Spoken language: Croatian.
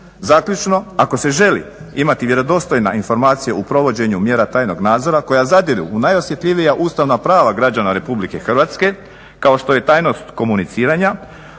Zaključno, ako se želi imati vjerodostojna informacija u provođenju mjera tajnog nadzora koja zadire u najosjetljivija ustavna prava građana RH kao što je tajnost komuniciranja